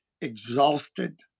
exhausted